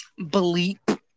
bleep